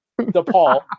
DePaul